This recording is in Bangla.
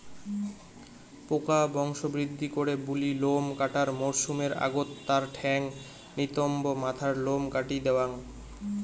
পোকা বংশবৃদ্ধি করে বুলি লোম কাটার মরসুমের আগত তার ঠ্যাঙ, নিতম্ব, মাথার লোম কাটি দ্যাওয়াং